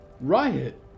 Riot